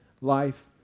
life